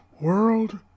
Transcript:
World